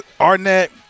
Arnett